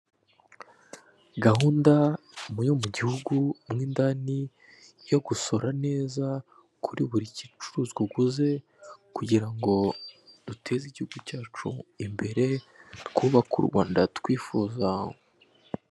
Gahunda yo mu gihugu mo indani yo gusora neza kuri buri gicuruzwa uguze kugira ngo duteze igihugu cyacu imbere twubaka u Rwanda twifuza.